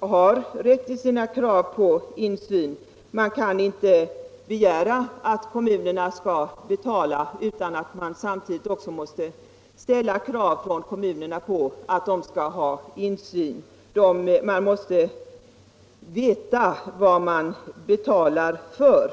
har rätt i sina krav på insyn. Man kan inte begära att kommunerna skall betala utan att de samtidigt kan ställa kravet på insyn. De måste veta vad de betalar för.